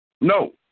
No